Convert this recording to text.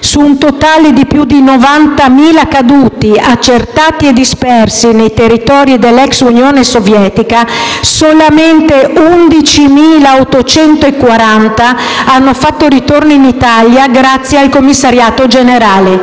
Su un totale di più di 90.000 caduti accertati e dispersi nei territori dell'ex Unione Sovietica, solamente 11.840 hanno fatto ritorno in Italia grazie al commissariato generale;